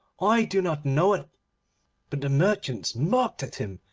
i do not know it but the merchants mocked at him,